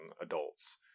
adults